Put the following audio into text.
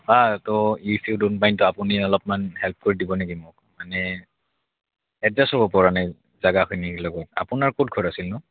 হা ত' if you don't mind ত' আপুনি অলপমান হেল্প কৰি দিব নেকি মোক মানে এডজাষ্ট হ'ব পৰা নাই জেগাখিনিৰ লগত আপোনাৰ ক'ত ঘৰ আছিলনো